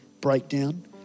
breakdown